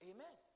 Amen